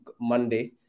Monday